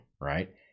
Right